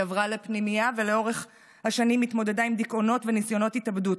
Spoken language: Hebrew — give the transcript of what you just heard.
היא עברה לפנימייה ולאורך השנים התמודדה עם דיכאונות וניסיונות התאבדות.